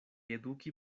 eduki